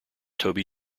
toby